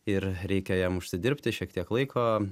ir reikia jam užsidirbti šiek tiek laiko